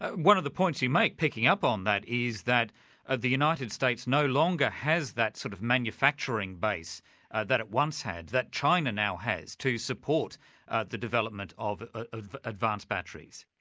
one of the points you make, picking up on that, is that the united states no longer has that sort of manufacturing base ah that it once had, that china now has, to support the development of ah advanced batteries.